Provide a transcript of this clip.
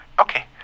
Okay